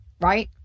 Right